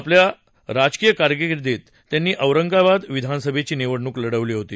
आपल्या राजकीय कारकिर्दीत त्यांनी औरंगाबाद विधानसभेची निवडणूक लढवली होती